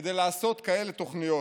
כדי לעשות כאלה תוכניות.